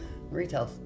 retail